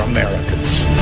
Americans